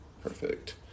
Perfect